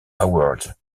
award